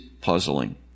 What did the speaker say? puzzling